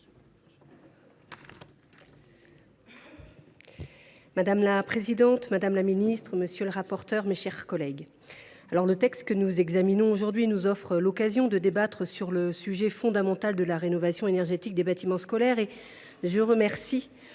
Madame la présidente, madame la ministre, mes chers collègues, le texte que nous examinons aujourd’hui nous offre l’occasion de débattre sur le sujet fondamental de la rénovation énergétique des bâtiments scolaires.